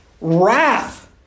Wrath